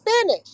finish